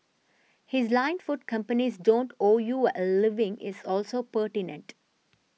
his line food companies don't owe you a living is also pertinent